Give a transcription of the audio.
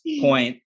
point